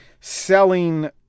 selling